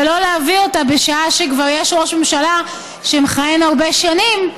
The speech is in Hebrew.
ולא להביא אותה בשעה שכבר יש ראש ממשלה שמכהן הרבה שנים,